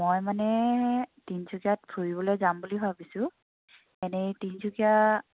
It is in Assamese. মই মানে তিনিচুকীয়াত ফুৰিবলৈ যাম বুলি ভাবিছোঁ এনেই তিনিচুকীয়া